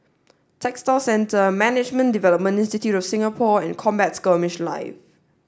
Textile Centre Management Development Institute of Singapore and Combat Skirmish Live